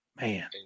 man